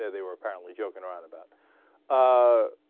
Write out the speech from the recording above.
ah they were apparently joking around about ah.